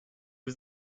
was